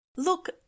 Look